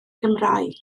gymraeg